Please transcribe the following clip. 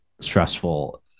stressful